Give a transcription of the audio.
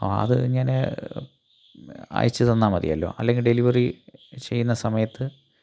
അത് ഞാൻ അയച്ചു തന്നാൽ മതിയല്ലോ അല്ലെങ്കിൽ ഡെലിവറി ചെയ്യുന്ന സമയത്ത്